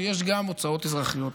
ויש גם הוצאות אזרחיות.